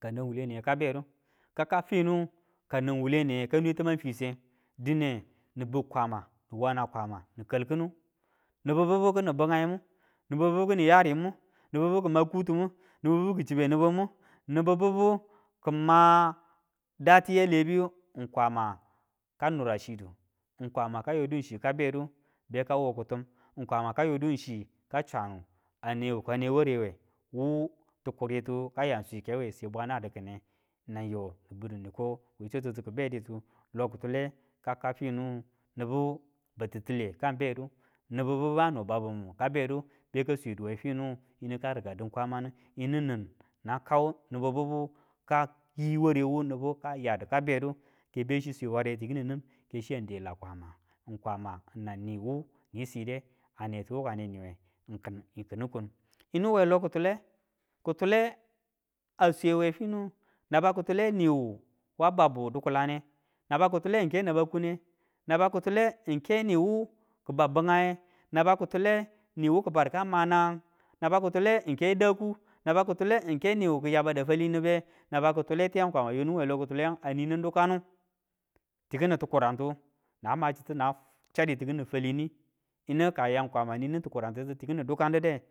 Ka nan wule niye ka bedu ka kau fini ka nang wuwule niye ka nwe tamang fiswe ng dine ni biu kwama ni wana kwama ni kalkinu, nibu bibu kini bingaimu nibu bibu kima yarimu nibu bibu kima kutumu nibu bibu ki chibe nibimu, nibu bibu. Kima dati ya lebi yu ng kwama ka nura chidu, ng kwama ka yodu chi bedu bekawo kitim kwama ka yodu chi ka swanu ane wukane ware we wu tikuri tu kaya swikewe se bwana di kine, nan yo niko we swatu ti ki beditu kitule ka kaufini nibu batitilei ka bedu, nibu biba ni babu mu ka bedu be ka swedu we fini beka rika din kwamanu, yinu nin nang kau nibu bibu kaki warewu nibu kayadu kabedu kebechi swe ware tikini nin ke chiyan ela kwama, kwama nanag ni wu ni side ane tu wukane niwe ng kin kinin kun, yinu we lokitule, ki tule a swe we finiu naba kitule niwu wa babu dikulane naba kitule ng ke naba kune, naba kitule ng ke niwu kibau bingaiye naba kitule niwu ki badu ka ma nangang, naba kitule ng ke niwu kiyabada fali nibiye, naba kitule tiyangu kwama yonin we loki kutule a ninin dukanu, tikini tukurantu nang ma chitu nang chaditu kini falini yinu ka ya ng kwama ninin tukurantu tikini dukan dide